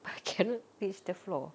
but I cannot reach the floor